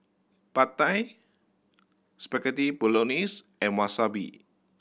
Pad Thai Spaghetti Bolognese and Wasabi